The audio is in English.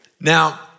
Now